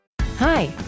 Hi